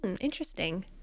Interesting